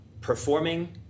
performing